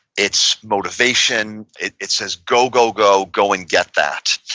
it's motivation. it it says go, go, go, go and get that.